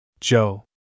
Joe